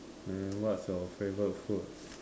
then what's your favourite food